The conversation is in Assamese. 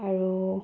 আৰু